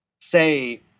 say